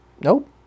Nope